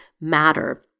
matter